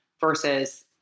versus